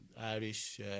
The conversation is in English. Irish